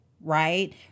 right